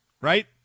right